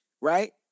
right